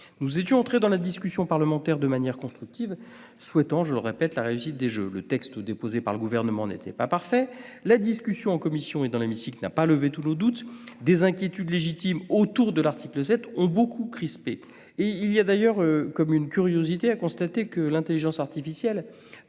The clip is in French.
Nous étions entrés dans la discussion parlementaire de manière constructive, en souhaitant, j'y insiste, la réussite des Jeux. Le texte déposé par le Gouvernement n'était pas parfait, la discussion en commission et dans l'hémicycle n'a pas levé tous nos doutes. Des inquiétudes légitimes autour de l'article 7 ont beaucoup crispé. Il est d'ailleurs curieux de constater que l'intelligence artificielle,